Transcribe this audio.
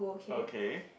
okay